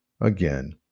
Again